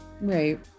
Right